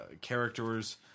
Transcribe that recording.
characters